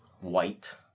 white